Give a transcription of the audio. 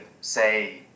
say